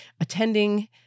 attending